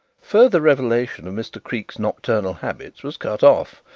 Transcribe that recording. further revelation of mr. creake's nocturnal habits was cut off,